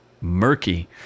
murky